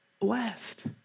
Blessed